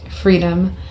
freedom